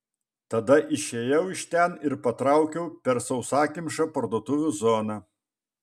tada išėjau iš ten ir patraukiau per sausakimšą parduotuvių zoną